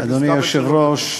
אדוני היושב-ראש,